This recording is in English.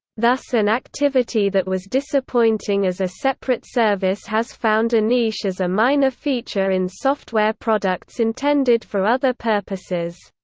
thus an activity that was disappointing as a separate service has found a niche as a minor feature in software products intended for other purposes.